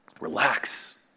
Relax